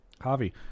Javi